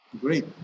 Great